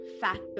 factor